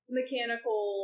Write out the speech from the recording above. mechanical